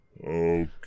Okay